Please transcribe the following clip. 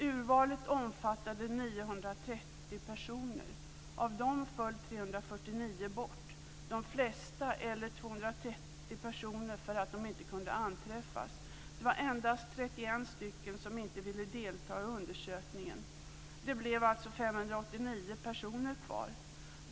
Urvalet omfattade 930 personer, för att de inte kunde anträffas. Det var endast 31 stycken som inte ville delta i undersökningen.